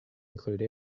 include